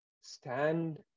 Stand